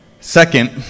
Second